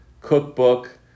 cookbook